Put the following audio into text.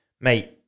Mate